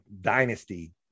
dynasty